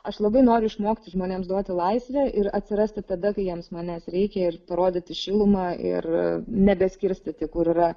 aš labai noriu išmokti žmonėms duoti laisvę ir atsirasti tada kai jiems manęs reikia ir parodyti šilumą ir nebeskirstyti kur yra